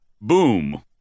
Boom